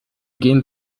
gehen